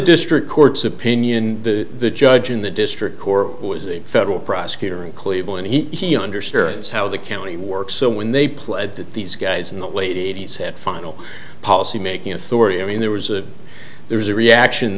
district court's opinion the judge in the district corps was a federal prosecutor in cleveland he understands how the county works so when they pled that these guys in the late eighty's had final policy making authority i mean there was a there's a reaction